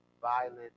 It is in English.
violent